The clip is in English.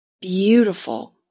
beautiful